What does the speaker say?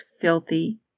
filthy